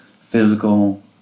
physical